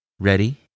Ready